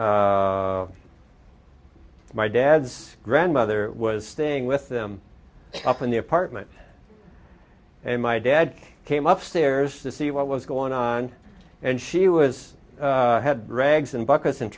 my dad's grandmother was staying with them up in the apartment and my dad came up stairs to see what was going on and she was had rags and buckets and